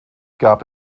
gab